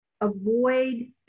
avoid